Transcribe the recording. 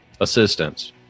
assistance